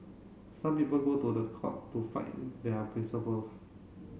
some people go to the court to fight their principles